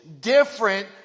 different